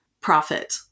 profit